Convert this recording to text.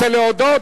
רוצה להודות?